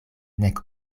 nek